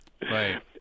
Right